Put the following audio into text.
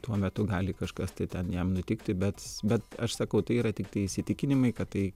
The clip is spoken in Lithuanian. tuo metu gali kažkas tai ten jam nutikti bet bet aš sakau tai yra tiktai įsitikinimai kad tai